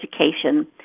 education